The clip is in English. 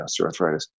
osteoarthritis